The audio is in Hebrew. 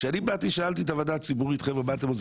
כשאני באתי ושאלתי את הוועדה הציבורית: חבר'ה מה אתם אומרים,